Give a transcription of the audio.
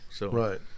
Right